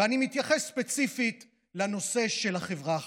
ואני מתייחס ספציפית לנושא של החברה החרדית.